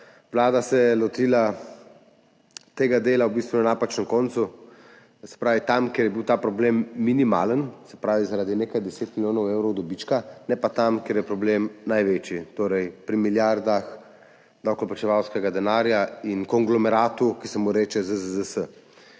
Vlada se je lotila tega dela v bistvu na napačnem koncu, se pravi tam, kjer je bil ta problem minimalen, se pravi zaradi nekaj 10 milijonov evrov dobička, ne pa tam, kjer je problem največji, torej pri milijardah davkoplačevalskega denarja in konglomeratu, ki se mu reče ZZZS.